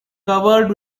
covered